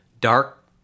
dark